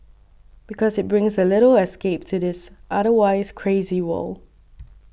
because it brings a little escape to this otherwise crazy world